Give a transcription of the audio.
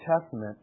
Testament